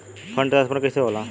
Fund transfer कैसे होला?